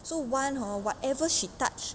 so one hor whatever she touched